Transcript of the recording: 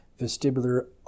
vestibular